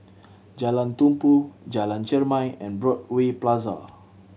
Jalan Tumpu Jalan Chermai and Broadway Plaza